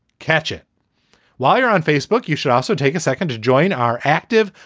catch it while you're on facebook. you should also take a second to join our active,